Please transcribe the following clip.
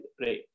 right